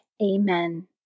Amen